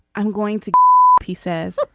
i'm going to he says,